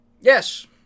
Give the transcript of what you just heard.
yes